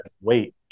wait